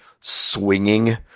swinging